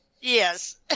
Yes